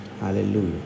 hallelujah